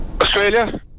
Australia